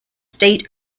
state